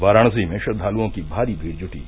वाराणसी में श्रद्वालुओं की भारी भीड़ जुटी